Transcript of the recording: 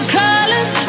colors